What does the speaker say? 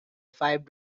five